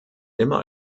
immer